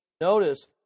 Notice